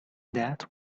that